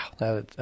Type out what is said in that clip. Wow